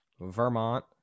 Vermont